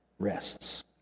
rests